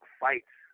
fights